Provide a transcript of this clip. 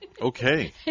Okay